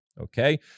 okay